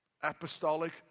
apostolic